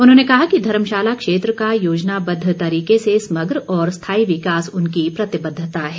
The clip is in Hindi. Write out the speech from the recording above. उन्होंने कहा कि धर्मशाला क्षेत्र का योजनाबद्व तरीके से समग्र और स्थायी विकास उनकी प्रतिबद्वता है